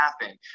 happen